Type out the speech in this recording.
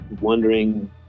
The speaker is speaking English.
wondering